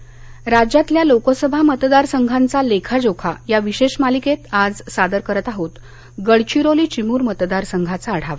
मतदार संघ राज्यातल्या लोकसभा मतदार संघांचा लेखाजोखा या विशेष मालिकेत आज सादर करत आहोत गडचिरोली विमूर मतदार संघाचा आढावा